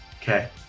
Okay